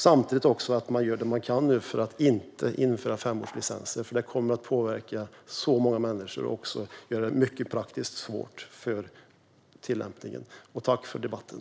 Samtidigt är det viktigt att man gör vad man kan nu för att inte införa femårslicens, för det skulle påverka så många människor och vara mycket praktiskt svårt att tillämpa. Tack för debatten!